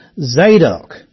Zadok